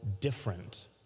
different